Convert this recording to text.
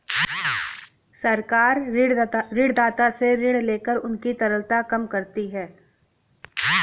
सरकार ऋणदाता से ऋण लेकर उनकी तरलता कम करती है